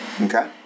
Okay